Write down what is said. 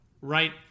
right